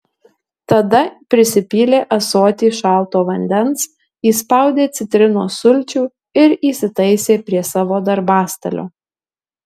tada prisipylė ąsotį šalto vandens įspaudė citrinos sulčių ir įsitaisė prie savo darbastalio